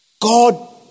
God